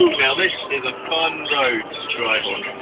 um now, this is a fun road to drive on!